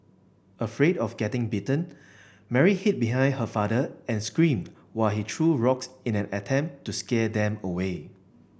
afraid of getting bitten Mary hid behind her father and screamed while he threw rocks in an attempt to scare them away